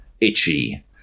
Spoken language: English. itchy